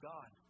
God